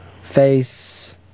Face